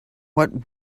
what